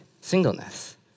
singleness